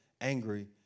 angry